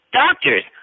doctors